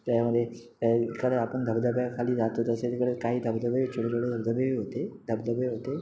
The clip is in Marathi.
त्यामध्ये एखाद्या आपण धबधब्याखाली जातो तसं तिकडे काही धबधबे छोटेछोटे धबधबेही होते धबधबे होते